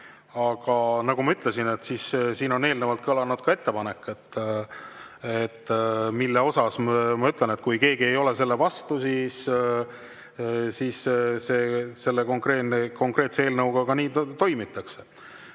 Aga nagu ma ütlesin, siin on eelnevalt kõlanud ettepanek, mille kohta ma ütlen, et kui keegi ei ole selle vastu, siis selle konkreetse eelnõuga nii ka toimitakse.